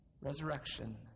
Resurrection